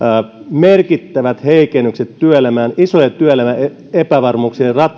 merkittävät heikennykset työelämään isojen työelämän epävarmuuksien